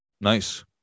nice